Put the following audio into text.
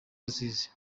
rusizi